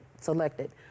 selected